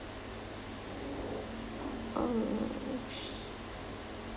uh